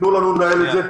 תנו לנו לנהל את זה.